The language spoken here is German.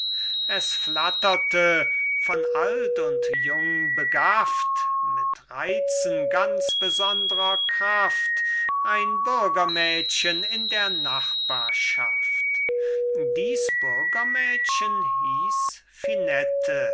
es flatterte von alt und jung begafft mit reizen ganz besondrer kraft ein bürgermädchen in der nachbarschaft dies bürgermädchen hieß